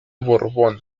borbón